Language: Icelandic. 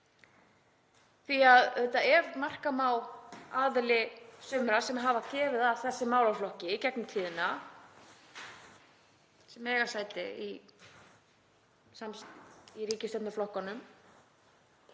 ef marka má aðild sumra sem hafa komið að þessum málaflokki í gegnum tíðina, sem eiga sæti í ríkisstjórnarflokkunum,